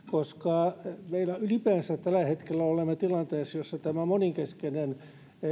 koska ylipäänsä tällä hetkellä olemme tilanteessa jossa tämä monenkeskinen